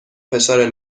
فشار